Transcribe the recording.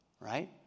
right